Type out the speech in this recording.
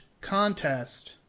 contest